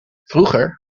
vroeger